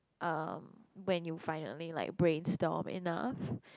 um when you find I mean like brainstorm enough